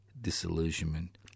disillusionment